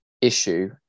issue